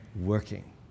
working